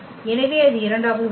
எனவே அது இரண்டாவது உறுப்பு